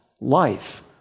life